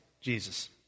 Jesus